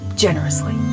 generously